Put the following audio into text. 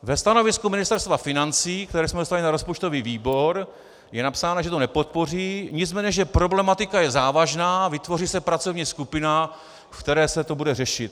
Ve stanovisku Ministerstva financí, které jsme dostali na rozpočtový výbor, je napsáno, že to nepodpoří, nicméně že problematika je závažná a vytvoří se pracovní skupina, ve které se to bude řešit.